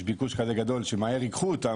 יש ביקוש כזה גדול שמהר ייקחו אותם,